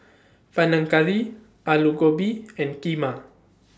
Panang Curry Alu Gobi and Kheema